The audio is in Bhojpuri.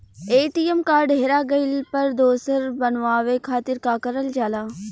ए.टी.एम कार्ड हेरा गइल पर दोसर बनवावे खातिर का करल जाला?